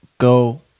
Go